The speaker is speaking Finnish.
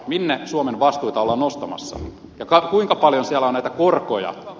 minne suomen vastuita ollaan nostamassa ja kuinka paljon siellä on näitä korkoja